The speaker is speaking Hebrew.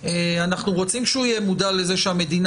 אנחנו רוצים שהוא יהיה מודע לזה שהמדינה